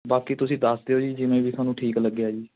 ਬਾਕੀ ਤੁਸੀਂ ਦੱਸ ਦਿਓ ਜੀ ਜਿਵੇਂ ਵੀ ਤੁਹਾਨੂੰ ਠੀਕ ਲੱਗਿਆ ਜੀ